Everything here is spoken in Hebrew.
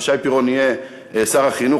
אם שי פירון יהיה שר החינוך,